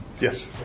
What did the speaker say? Yes